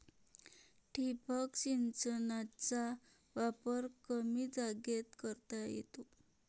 ठिबक सिंचनाचा वापर कमी जागेत करता येतो